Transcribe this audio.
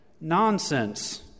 nonsense